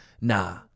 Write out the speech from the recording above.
nah